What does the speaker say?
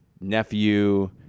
nephew